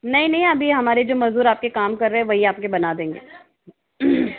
नहीं नहीं अभी हमारे जो मजदूर आपके काम कर रहे है वही आपके बना देंगे